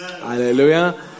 Hallelujah